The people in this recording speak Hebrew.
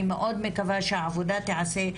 אני מאוד מקווה שהעבודה תיעשה,